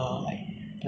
be better lah like